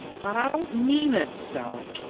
but i don't mean it so.